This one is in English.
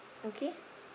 okay